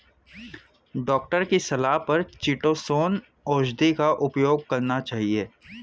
doctor की सलाह पर चीटोसोंन औषधि का उपयोग करना चाहिए